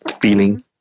feeling